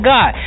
God